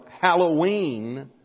Halloween